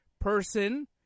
person